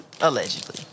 Allegedly